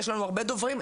יש לנו הרבה דוברים,